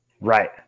Right